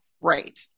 Right